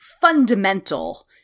fundamental